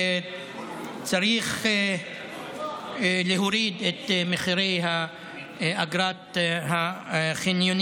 צריך להוריד את מחירי אגרות החניונים